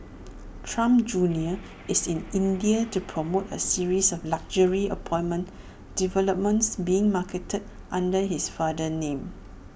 Trump junior is in India to promote A series of luxury apartment developments being marketed under his father's name